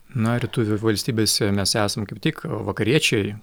na rytų valstybėse mes esam kaip tik vakariečiai